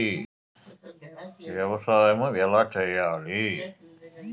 వ్యవసాయం ఎలా చేయాలి?